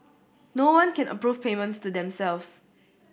no one can approve payments to themselves